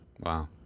Wow